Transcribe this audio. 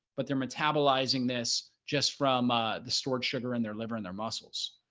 but they're metabolizing this just from ah the stored sugar in their liver, in their muscles,